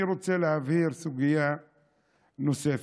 אני רוצה להבהיר סוגיה נוספת,